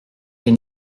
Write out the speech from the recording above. est